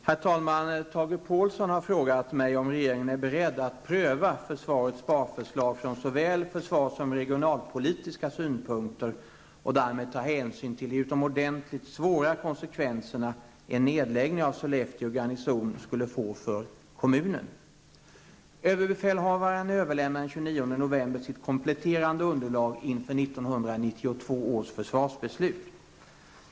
Herr talman! Tage Påhlsson har frågat mig om regeringen är beredd att pröva försvarets sparförslag från såväl försvars som regionalpolitiska synpunkter och därmed ta hänsyn till de utomordentligt svåra konsekvenserna en nedläggning av Sollefteå garnison skulle få för kommunen. Överbefälhavaren överlämnade den 29 november sitt kompletterande underlag inför 1992 års försvarsbeslut.